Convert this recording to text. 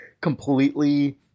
completely